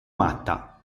matta